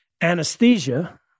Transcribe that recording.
anesthesia